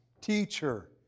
teacher